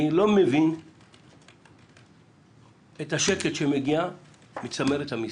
אני לא מבין את השקט שמגיע מצמרת המשרד.